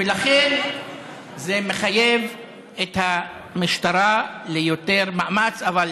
ולכן זה מחייב את המשטרה ליותר מאמץ, אבל